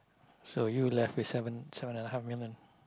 so you left with seven seven and a half million